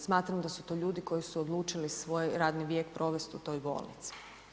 Smatram da su to ljudi koji su odlučili svoj radni vijek provesti u toj bolnici.